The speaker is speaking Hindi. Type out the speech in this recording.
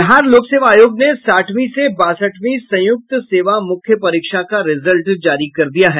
बिहार लोक सेवा आयोग ने साठवीं से बासठवीं संयुक्त सेवा मुख्य परीक्षा का रिजल्ट जारी कर दिया है